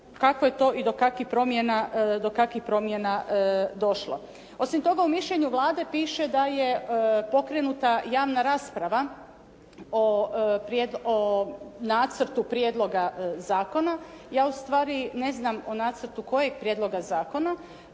kako je to i do kakvih promjena došlo. Osim toga, u mišljenju Vlade piše da je pokrenuta javna rasprava o nacrtu prijedloga zakona. Ja ustvari ne znam o nacrtu kojeg prijedloga zakona.